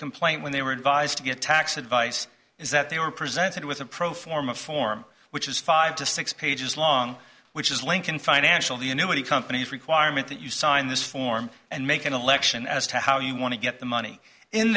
complaint when they were advised to get tax advice is that they were presented with a pro forma form which is five to six pages long which is lincoln financial the annuity company's requirement that you sign this form and make an election as to how you want to get the money in